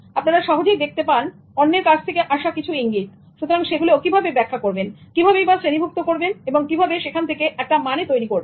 আপনারা সহজেই দেখতে পান অন্যের কাছ থেকে আসা কিছু ইঙ্গিত সুতরাং সেগুলো কিভাবে ব্যাখ্যা করবেন কীভাবেই বা শ্রেণীভূক্ত করবেন এবং কিভাবে সেখান থেকে একটা মানে তৈরি করবেন